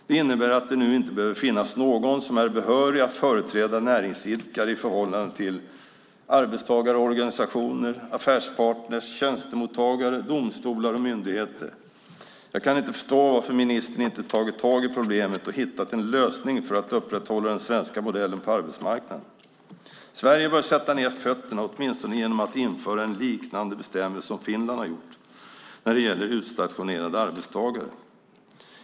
Det innebär att det nu inte behöver finnas någon som är behörig att företräda näringsidkare i förhållande till arbetstagare och organisationer, affärspartner, tjänstemottagare, domstolar och myndigheter. Jag kan inte förstå varför ministern inte har tagit tag i problemet och hittat en lösning för att upprätthålla den svenska modellen på arbetsmarknaden. Sverige bör sätta ned fötterna, åtminstone genom att införa en liknande bestämmelse som Finland har gjort när det gäller utstationerade arbetstagare.